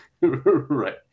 Right